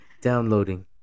downloading